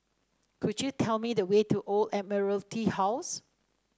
could you tell me the way to The Old Admiralty House